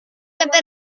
lenta